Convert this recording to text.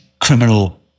criminal